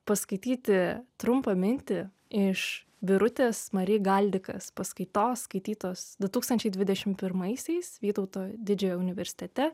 paskaityti trumpą mintį iš birutės mari galdikas paskaitos skaitytos du tūkstančiai dvidešimt pirmaisiais vytauto didžiojo universitete